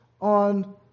on